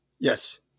Yes